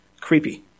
creepy